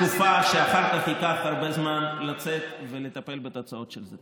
לעוד תקופה שאחר כך ייקח הרבה זמן לצאת ולטפל בתוצאות של זה.